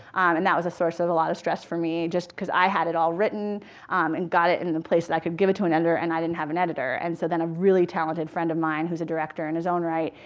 and that was a source of a lot of stress for me, just because i had it all written um and got it in the place that i could give it to an editor, and i didn't have an editor. and so then a really talented friend of mine who's a director in his own right,